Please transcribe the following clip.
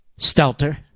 Stelter